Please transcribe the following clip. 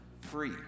free